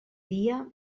dia